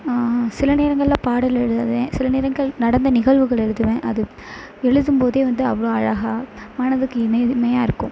சில நேரங்களில் பாடல் எழுதுவேன் சில நேரங்கள் நடந்த நிகழ்வுகள் எழுதுவேன் அது எழுதும் போதே வந்து அவ்வளோ அழகாக மனதுக்கு இமை இனிமையாக இருக்கும்